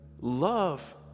love